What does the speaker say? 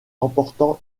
emportant